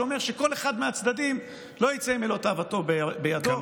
שאומר שכל אחד מהצדדים לא יצא עם מלוא תאוותו בידו,